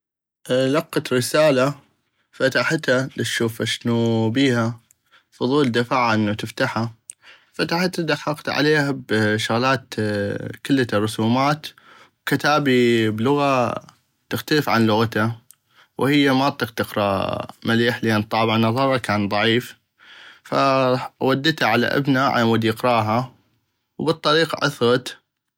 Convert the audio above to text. لقت رسالة فتحتة دشوف اشنو بيها الفضول دفعة انو تفتحة فتحتة دحقت عليها بشغلات كلتا رسومات وكتابي بلغة تختلف عن لغتة وهيا ما اطيق تقرا مليح طابع نظرة كان ضعيف فودتا على ابنا علمود يقراها وبل الطريق عثغت.